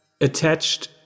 attached